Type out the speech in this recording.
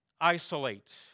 isolate